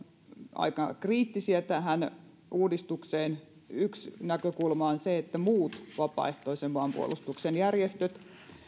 aika kriittisiä tähän uudistukseen yksi näkökulma on se että muut vapaaehtoisen maanpuolustuksen järjestöt